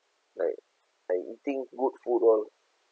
like I eating good food oh